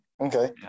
Okay